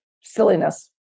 silliness